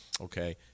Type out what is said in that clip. okay